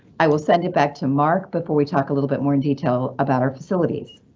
i will send it back to mark before we talk a little bit more in detail about our facilities.